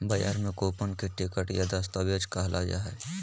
बजार में कूपन के टिकट या दस्तावेज कहल जा हइ